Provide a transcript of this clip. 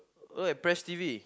oh I press T_V